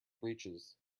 breeches